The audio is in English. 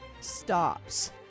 stops